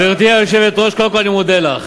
גברתי היושבת-ראש, קודם כול, אני מודה לך.